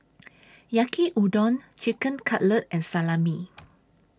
Yaki Udon Chicken Cutlet and Salami